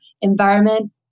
environment